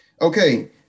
Okay